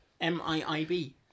M-I-I-B